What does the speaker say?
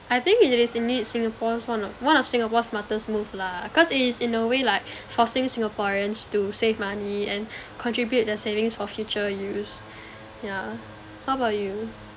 I think it is indeed singapore's one one of singapore's smartest move lah because it is in a way like forcing singaporeans to save money and contribute their savings for future use yeah how about you